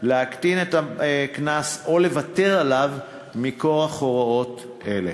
להקטין את הקנס או לוותר עליו מכורח הוראות אלה.